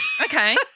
Okay